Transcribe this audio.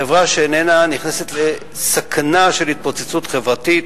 חברה שאיננה נכנסת לסכנה של התפוצצות חברתית,